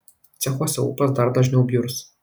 cechuose ūpas dar dažniau bjurs